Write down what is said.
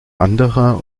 anderer